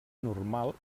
normal